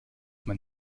man